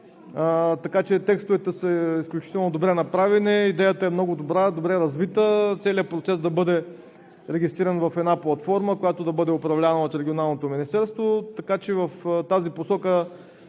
така че текстовете са изключително добре направени. Идеята е много добра – добре развита, целият процес да бъде регистриран в една платформа, която да бъде управлявана от Регионалното министерство. В тази посока